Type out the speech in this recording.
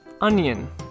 onion